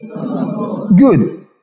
Good